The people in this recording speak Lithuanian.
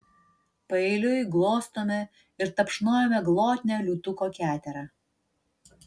paeiliui glostome ir tapšnojame glotnią liūtuko keterą